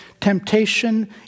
temptation